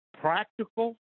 practical